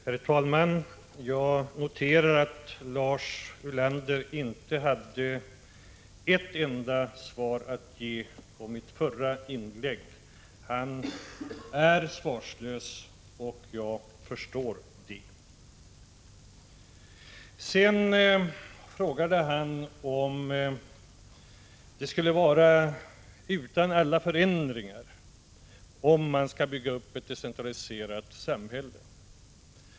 Herr talman! Jag noterar att Lars Ulander inte hade ett enda svar att ge på 22 maj 1986 mitt förra inlägg. Han är svarslös, och jag förstår det. Lars Ulander frågade om man skulle bygga upp ett decentraliserat samhälle utan några förändringar.